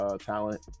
talent